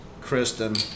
Kristen